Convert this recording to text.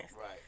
Right